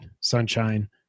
Sunshine